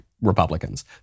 Republicans